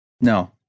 No